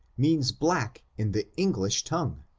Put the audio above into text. means black in the english tongue.